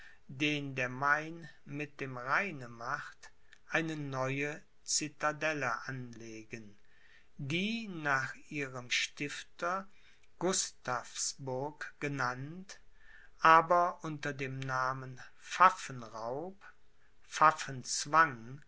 den der main mit dem rheine macht eine neue citadelle anlegen die nach ihrem stifter gustavsburg genannt aber unter dem namen